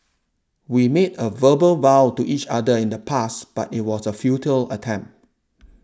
we made a verbal vow to each other in the past but it was a futile attempt